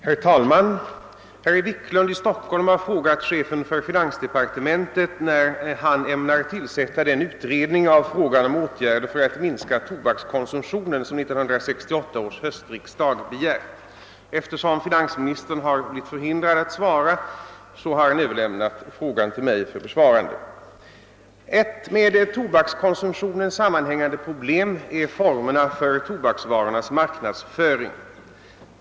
Herr talman! Herr Wiklund i Stockholm har frågat chefen för finansdepartementet, när han ämnar tillsätta den utredning om frågan om åtgärder för att minska tobakskonsumtionen som 1968 års höstriksdag begärt. Eftersom finansministern blivit förhindrad att svara har han överlämnat frågan till mig för besvarande. Ett med tobakskonsumtionen sammanhängande problem är formerna för tobaksvarornas marknadsföring.